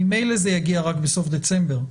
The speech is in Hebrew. ממילא זה יגיע רק בסוף דצמבר,